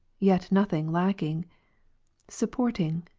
yet nothing lacking supporting,